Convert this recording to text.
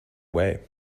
way